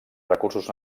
recursos